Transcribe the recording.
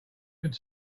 could